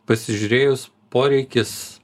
pasižiūrėjus poreikis